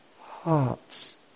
hearts